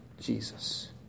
Jesus